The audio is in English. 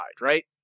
right